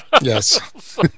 yes